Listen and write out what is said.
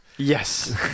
yes